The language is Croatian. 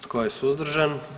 Tko je suzdržan?